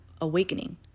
awakening